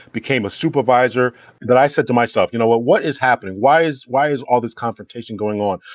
became a supervisor that i said to myself, you know what? what is happening? why is why is all this confrontation going on?